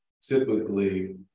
typically